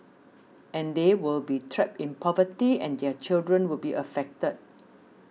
and they will be trapped in poverty and their children will be affected